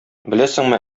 беләсеңме